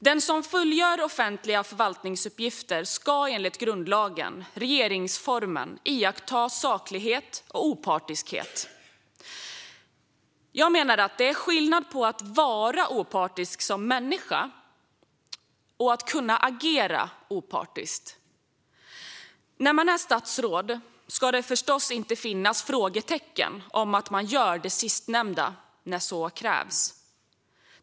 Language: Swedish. Den som fullgör offentliga förvaltningsuppgifter ska enligt grundlagen, regeringsformen, iaktta saklighet och opartiskhet. Jag menar att det är skillnad mellan att vara opartisk som människa och att kunna agera opartiskt. När man är statsråd ska det förstås inte finnas frågetecken om att man gör det sistnämnda när så krävs.